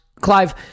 Clive